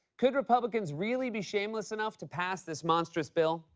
could republicans really be shameless enough to pass this monstrous bill?